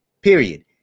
period